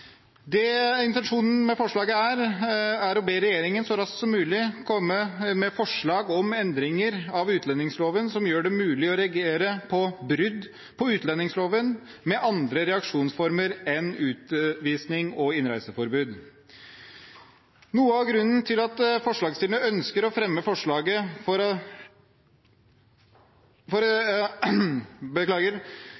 Intensjonen med forslaget er å be regjeringen så raskt som mulig komme med forslag om endringer av utlendingsloven som gjør det mulig å reagere på brudd på utlendingsloven med andre reaksjonsformer enn utvisning og innreiseforbud. Noe av grunnen til at forslagsstillerne ønsker å fremme forslaget,